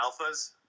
Alphas